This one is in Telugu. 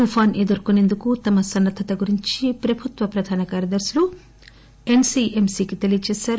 తుపాను ఎదుర్కొనేందుకు తమ సన్నద్దత గురించి ప్రభుత్వ ప్రధాన కార్యదర్శులు ఎన్సీఎంసీకి తెలియజేశారు